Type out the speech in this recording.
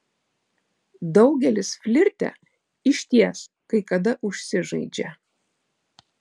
daugelis flirte išties kai kada užsižaidžia